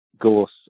gorse